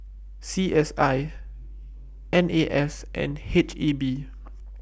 C S I N A S and H E B